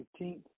15th